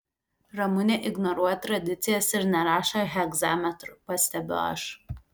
ramunė ignoruoja tradicijas ir nerašo hegzametru pastebiu aš